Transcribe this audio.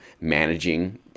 managing